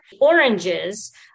oranges